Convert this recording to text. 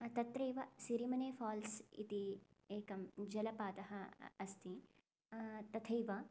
तत्रैव सिरिमने फ़ाल्स् इति एकं जलपातः अस्ति तथैव